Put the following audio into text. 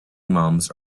imams